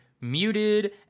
muted